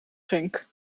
genk